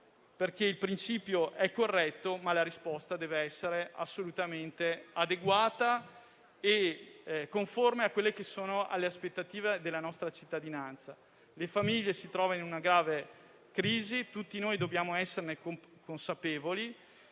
il principio è corretto, ma la risposta dev'essere assolutamente adeguata e conforme alle aspettative della nostra cittadinanza. Le famiglie si trovano in una grave crisi e tutti dobbiamo esserne consapevoli.